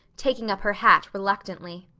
taking up her hat reluctantly.